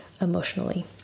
emotionally